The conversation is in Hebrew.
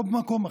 לא במקום אחר,